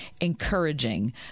encouraging